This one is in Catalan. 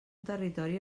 territori